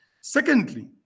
Secondly